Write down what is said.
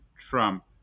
Trump